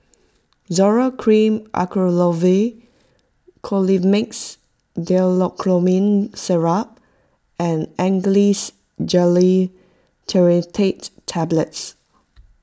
Zoral Cream Acyclovir Colimix Dicyclomine Syrup and Trinitrate Tablets